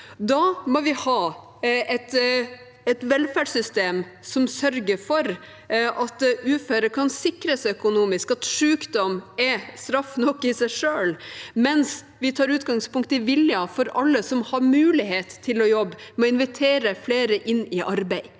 Da må vi ha et velferdssystem som sørger for at uføre kan sikres økonomisk, at sykdom er straff nok i seg selv, mens vi tar utgangspunkt i viljen for alle som har mulighet til å jobbe, ved å invitere flere inn i arbeid.